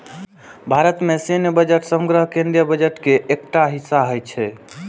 भारत मे सैन्य बजट समग्र केंद्रीय बजट के एकटा हिस्सा होइ छै